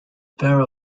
pair